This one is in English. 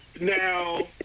Now